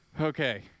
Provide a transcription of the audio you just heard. Okay